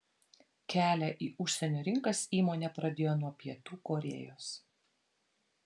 kelią į užsienio rinkas įmonė pradėjo nuo pietų korėjos